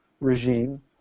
regime